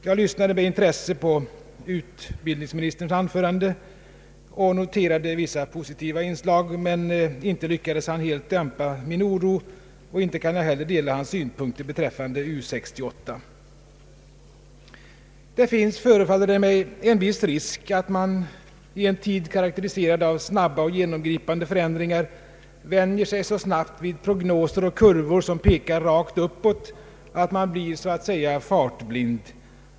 Jag lyssnade med intresse på utbildningsministerns anförande och noterade vissa positiva inslag, men inte lyckades han helt dämpa min oro och inte kan jag heller dela hans synpunkter beträffande U 68. Det finns, förefaller det mig, en viss risk att man i tid, karakteriserad av snabba och genomgripande förändringar, vänjer sig så snabbt vid prognoser och kurvor som pekar rakt uppåt, att man blir så att säga fartblind.